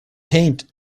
paint